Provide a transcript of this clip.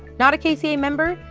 not a kca member?